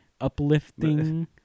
uplifting